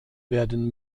werden